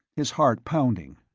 his heart pounding.